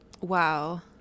Wow